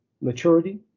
maturity